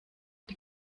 die